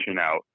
out